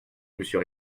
monsieur